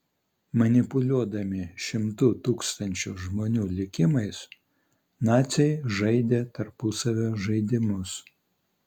manipuliuodami šimtų tūkstančių žmonių likimais naciai žaidė tarpusavio žaidimus